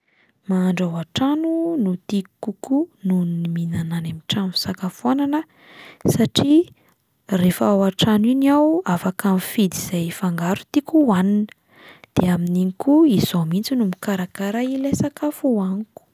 Mahandro ao an-trano no tiako kokoa noho ny mihinana any amin'ny trano fisakafoanana satria rehefa ao an-trano iny aho afaka mifidy izay fangaro tiako hohanina, de amin'iny koa izaho mihitsy no mikarakara ilay sakafo hohaniko.